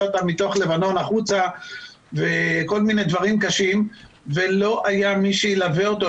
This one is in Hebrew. אותם מתוך לבנון החוצה וכל מיני דברים קשים ולא היה מי שילווה אותו,